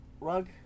rug